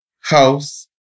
house